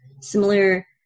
similar